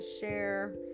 share